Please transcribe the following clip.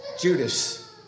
Judas